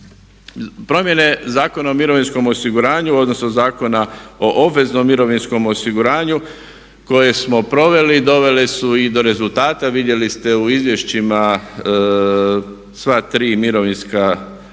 Promjene Zakona o mirovinskom osiguranju, odnosno Zakona o obveznom mirovinskom osiguranju koje smo proveli dovele su i do rezultata. Vidjeli ste u izvješćima sva tri mirovinska, dalje